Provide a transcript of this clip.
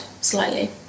slightly